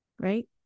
Right